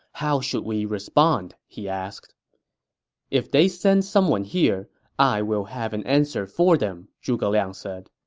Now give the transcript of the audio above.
how should we respond? he asked if they send someone here i will have an answer for them, zhuge liang said